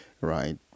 right